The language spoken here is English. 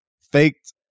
faked